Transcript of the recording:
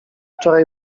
wczoraj